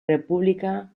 república